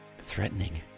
threatening